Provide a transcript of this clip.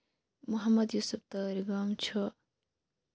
محمد یوٗسُف تٲرِگٲم چھُ